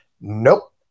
nope